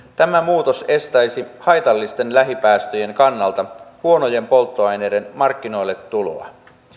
tämä muutos estäisi haitallisten lähipäästöjen kannalta huonojen polttoaineiden markkinoilletuloa